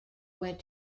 went